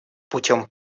путем